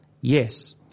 Yes